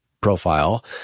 profile